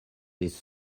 his